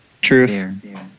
Truth